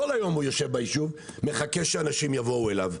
כל היום הוא יושב ביישוב ומחכה שאנשים יבואו אליו.